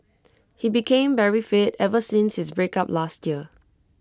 he became very fit ever since his breakup last year